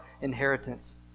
inheritance